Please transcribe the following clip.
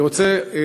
אני רוצה,